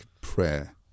prayer